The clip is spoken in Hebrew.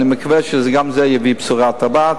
אני מקווה שגם זה יביא בשורה טובה.